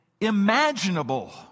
imaginable